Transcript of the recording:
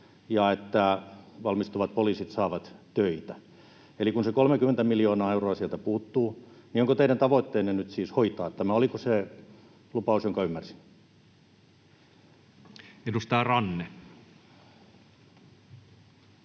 ja että valmistuvat poliisit saavat töitä? Eli kun se 30 miljoonaa euroa sieltä puuttuu, niin onko teidän tavoitteenne nyt siis hoitaa tämä? Oliko se lupaus, jonka ymmärsin? [Speech 168]